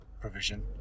provision